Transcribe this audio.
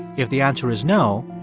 if the answer is no,